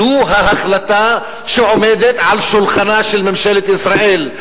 זו ההחלטה שעומדת על שולחנה של ממשלת ישראל.